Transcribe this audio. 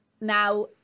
Now